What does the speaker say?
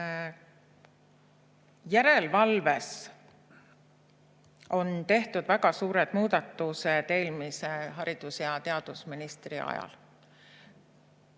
Järelevalves on tehtud väga suured muudatused eelmise haridus‑ ja teadusministri ajal.